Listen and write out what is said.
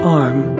arm